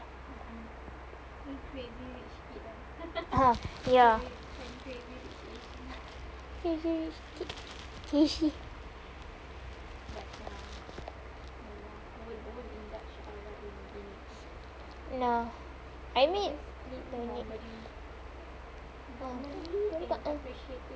ah ya crazy rich kid ya I mean